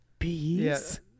Bees